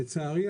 לצערי,